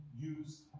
use